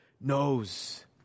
knows